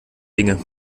dinge